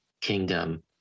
kingdom